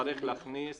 נצטרך להכניס